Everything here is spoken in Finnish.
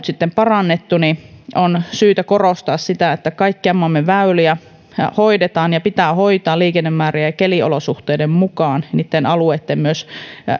sitten parannettu niin on syytä korostaa sitä että kaikkia maamme väyliä hoidetaan ja pitää hoitaa liikennemäärien ja keliolosuhteiden mukaan myös niitten alueitten